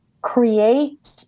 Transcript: create